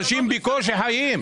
אנשים בקושי חיים.